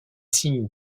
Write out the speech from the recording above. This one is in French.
signes